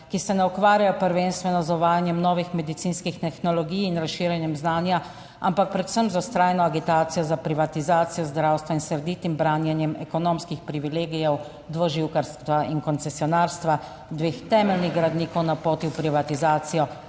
ki se ne ukvarjajo prvenstveno z uvajanjem novih medicinskih tehnologij in razširjanjem znanja, ampak predvsem z vztrajno agitacijo za privatizacijo zdravstva in srditim branjenjem ekonomskih privilegijev dvoživkarstva in koncesionarstva dveh temeljnih gradnikov na poti v privatizacijo